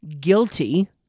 guilty